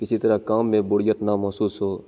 इसी तरह काम में बोरियत ना महसूस हो